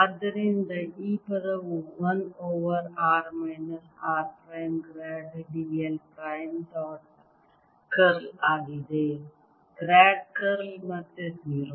ಆದ್ದರಿಂದ ಈ ಪದವು 1 over r minus r prime grad d l prime dot curl ಆಗಿದೆ ಗ್ರಾಡ್ ಕರ್ಲ್ ಮತ್ತೆ 0